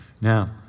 Now